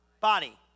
body